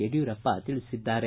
ಯಡಿಯೂರಪ್ಪ ತಿಳಿಸಿದ್ದಾರೆ